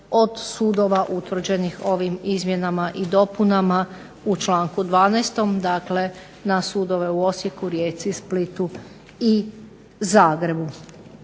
od sudova utvrđenih ovim izmjenama i dopunama u članku 12., dakle na sudove u Osijeku, Rijeci, Splitu i Zagrebu.